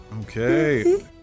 Okay